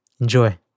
enjoy